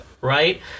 right